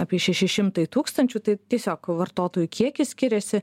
apie šeši šimtai tūkstančių tai tiesiog vartotojų kiekis skiriasi